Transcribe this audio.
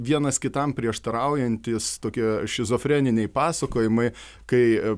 vienas kitam prieštaraujantys tokie šizofreniniai pasakojimai kai